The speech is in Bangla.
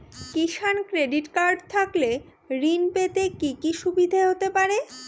কিষান ক্রেডিট কার্ড থাকলে ঋণ পেতে কি কি সুবিধা হতে পারে?